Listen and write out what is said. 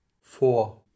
Four